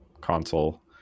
console